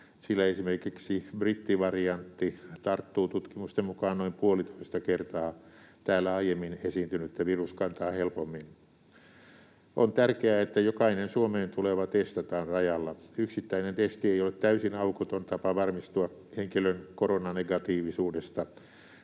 sillä esimerkiksi brittivariantti tarttuu tutkimusten mukaan noin puolitoista kertaa täällä aiemmin esiintynyttä viruskantaa helpommin. On tärkeää, että jokainen Suomeen tuleva testataan rajalla. Yksittäinen testi ei ole täysin aukoton tapa varmistua henkilön koronanegatiivisuudesta